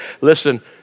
Listen